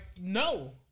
no